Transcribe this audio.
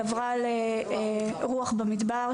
היא עברה ל"רוח במדבר",